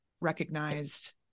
recognized